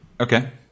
Okay